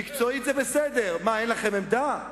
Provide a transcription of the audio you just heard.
"מקצועית" זה בסדר, אבל מה, אין לכם עמדה?